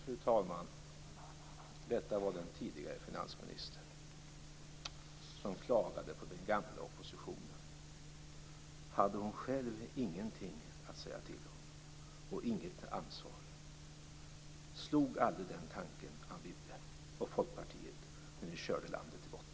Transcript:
Fru talman! Detta var den tidigare finansministern som klagade på den gamla oppositionen. Hade hon själv ingenting att säga till om och inget ansvar? Slog aldrig den tanken Anne Wibble och Folkpartiet när ni körde landet i botten?